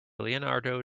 leonardo